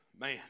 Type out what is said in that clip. man